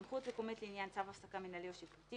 סמכות מקומית לעניין צו הפסקה מינהלי או שיפוטי